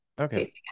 Okay